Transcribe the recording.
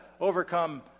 overcome